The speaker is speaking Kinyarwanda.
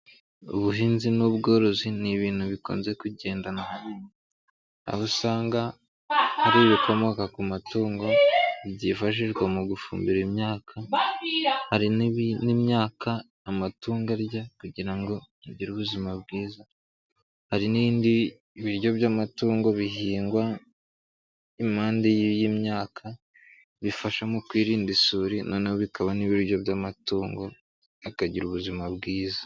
Ubuhinzi n'ubworozi ni ibintu bikunze kugendana aho usanga ari ibikomoka ku matungo byifashishwa mu gufumbira imyaka, hari n'imyaka amatunda arya kugira ngo agire ubuzima bwiza, hari n'ibindi biryo by'amatungo bihingwa impande y' y'imyaka bifasha mu kwirinda isuri, noneho bikaba n'ibiryo by'amatungo akagira ubuzima bwiza.